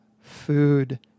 food